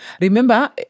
Remember